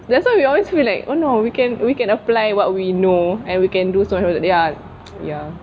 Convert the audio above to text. that's why we always feel like oh no we can we can apply what we know and we can do so much ya ya